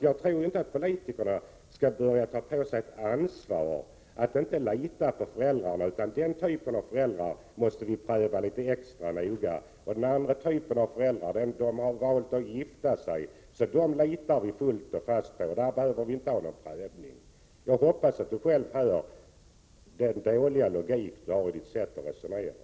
Jag tycker inte att politikerna skall börja ta på sig ett ansvar — att inte lita på föräldrarna, att besluta om när föräldrar i samboförhållanden m.m. måste prövas litet extra, medan man litar på den andra typen av föräldrar som har valt att gifta sig; dessa föräldrar behöver inte prövas. Jag hoppas att Ewa Hedkvist Petersen själv hör den dåliga logiken i hennes sätt att resonera.